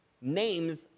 names